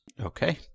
okay